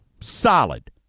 solid